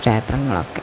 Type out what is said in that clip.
ക്ഷേത്രങ്ങളൊക്കെ